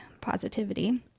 positivity